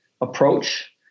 approach